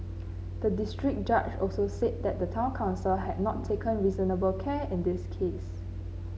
the district judge also said that the town council had not taken reasonable care in this case